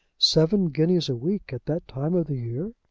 seven guineas a week at that time of the year!